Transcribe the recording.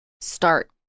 start